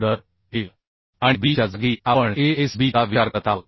तर a आणि b च्या जागी आपण a s b चा विचार करत आहोत